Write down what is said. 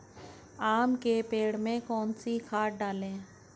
आम के पेड़ में कौन सी खाद डालें?